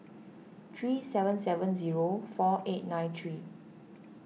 three seven seven zero four eight nine three